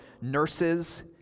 nurses